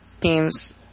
teams